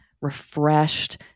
refreshed